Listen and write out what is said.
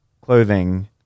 clothing